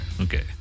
Okay